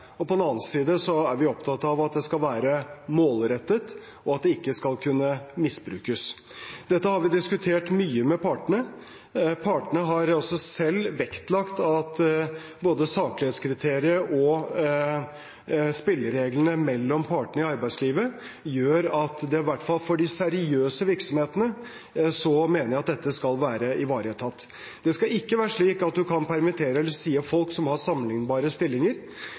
og på den andre siden er vi opptatt av at det skal være målrettet, og at det ikke skal kunne misbrukes. Dette har vi diskutert mye med partene. Partene har selv vektlagt både saklighetskriteriet og spillereglene mellom partene i arbeidslivet, og det gjør at i hvert fall for de seriøse virksomhetene mener jeg dette skal være ivaretatt. Det skal ikke være slik at man kan permittere eller si opp folk som har sammenlignbare stillinger,